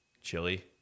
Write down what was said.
chili